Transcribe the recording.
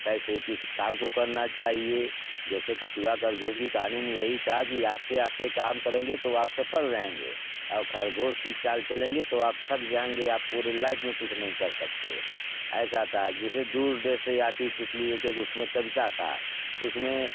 कैसे किस काम को करना चाहिए जैसे कछुआ ख़रगोश की कहानी में यही था कि आहिस्ता आहिस्ता काम करेंगे तो आप सफल रहेंगे और ख़रगोश की चाल चलेंगे तो आप थक जाएंगे आप पूरी लाइफ़ में कुछ नहीं कर सकते ऐसा था जिसे दूर देश से आती तितली एक एक उसमें कविता थी उसमें